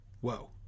Whoa